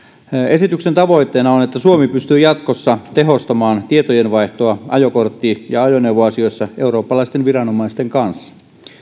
esityksen tavoitteena on että suomi pystyy jatkossa tehostamaan tietojenvaihtoa ajokortti ja ajoneuvoasioissa eurooppalaisten viranomaisten kanssa